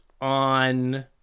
on